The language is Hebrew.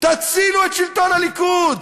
תצילו את שלטון הליכוד.